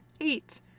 Eight